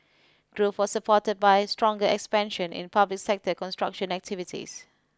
growth was supported by stronger expansion in public sector construction activities